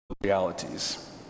realities